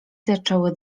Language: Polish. zaczęły